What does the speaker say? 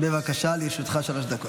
בבקשה, לרשותך שלוש דקות.